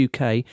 UK